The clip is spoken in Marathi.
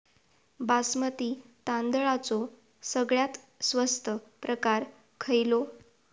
बासमती तांदळाचो सगळ्यात स्वस्त प्रकार खयलो?